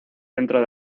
dentro